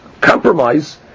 compromise